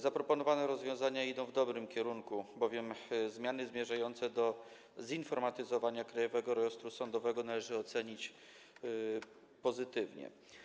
Zaproponowane rozwiązania idą w dobrym kierunku, bowiem zmiany zmierzające do zinformatyzowania Krajowego Rejestru Sądowego należy ocenić pozytywnie.